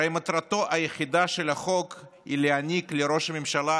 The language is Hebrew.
הרי מטרתו היחידה של החוק היא להעניק לראש הממשלה